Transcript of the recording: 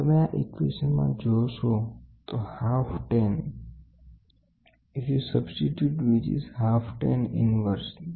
તમે આ સમીકરણ માં જોશો તો અડધો જો તમે તે કીમતો દાખલ કરશો ત્યારે